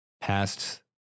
past